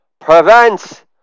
Prevents